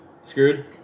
screwed